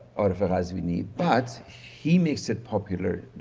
aref ah ghazvini, but he makes it popular.